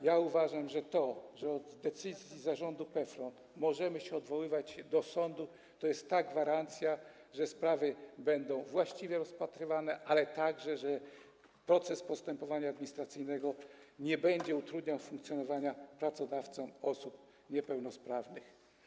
Ja uważam, że to, że od decyzji Zarządu PFRON możemy się odwoływać do sądu, to jest gwarancja, że sprawy będą właściwie rozpatrywane, ale także że proces postępowania administracyjnego nie będzie utrudniał funkcjonowania pracodawcom osób niepełnosprawnych.